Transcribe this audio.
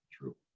true